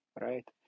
right